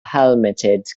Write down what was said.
helmeted